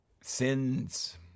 sins